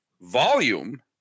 volume